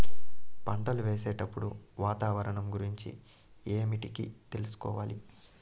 పంటలు వేసేటప్పుడు వాతావరణం గురించి ఏమిటికి తెలుసుకోవాలి?